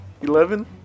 Eleven